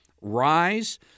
Rise